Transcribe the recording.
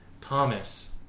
Thomas